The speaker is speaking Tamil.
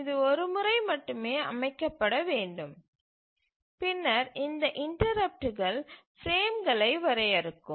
இது ஒரு முறை மட்டுமே அமைக்கப்பட வேண்டும் பின்னர் இந்த இன்டரப்ட்டுகள் பிரேம்களை வரையறுக்கும்